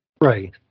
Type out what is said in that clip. Right